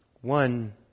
one